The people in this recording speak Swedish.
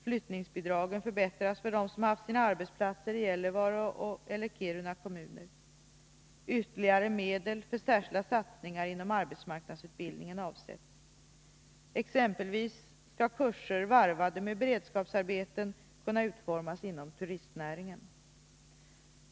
Flyttningsbidragen förbättras för dem som har haft sina arbetsplatser i Gällivare eller Kiruna kommuner, ytterligare medel för särskilda satsningar inom arbetsmarknadsutbildningen avsätts. Exempelvis skall kurser varvade med beredskapsarbeten kunna utföras inom turistnäringen.